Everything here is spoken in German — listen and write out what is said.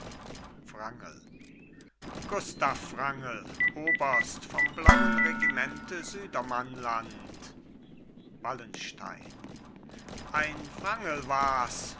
wrangel gustav wrangel oberst vom blauen regimente südermannland wallenstein ein wrangel wars